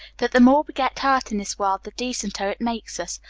that the more we get hurt in this world the decenter it makes us.